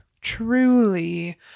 truly